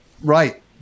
Right